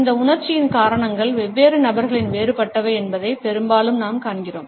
இந்த உணர்ச்சியின் காரணங்கள் வெவ்வேறு நபர்களில் வேறுபட்டவை என்பதை பெரும்பாலும் நாம் காண்கிறோம்